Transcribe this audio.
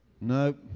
Nope